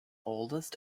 oldest